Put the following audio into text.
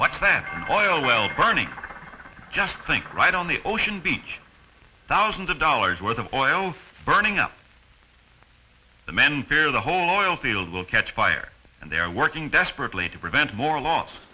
what's that oil well burning just think right on the ocean beach thousands of dollars worth of oil burning up the men fear the whole oil field will catch fire and they're working desperately to prevent more l